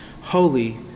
holy